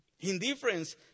Indifference